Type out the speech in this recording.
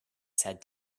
said